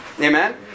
Amen